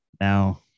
Now